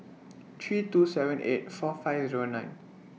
three two seven eight four five Zero nine